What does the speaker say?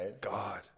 God